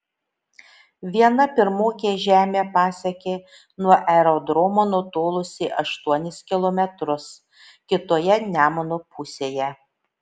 viena pirmokė žemę pasiekė nuo aerodromo nutolusi aštuonis kilometrus kitoje nemuno pusėje